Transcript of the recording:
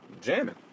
jamming